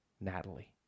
Natalie